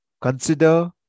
Consider